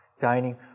dining